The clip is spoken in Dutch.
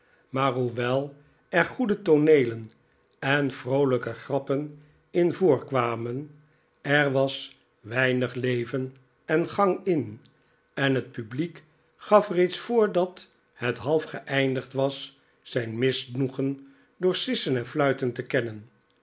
maar hoewel er goede tooneelen en vrooiyke grappen in voorkwamen er was weinig leven en gang in en het publiek gaf reeds voordat het half geeindigd was zijn misnoegen dooi sissen en fluiten te kennen